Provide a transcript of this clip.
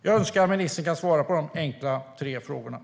Jag önskar att ministern kan svara på dessa tre enkla frågor.